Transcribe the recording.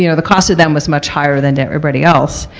you know the cots to them was much higher than to everybody else.